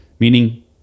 meaning